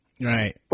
Right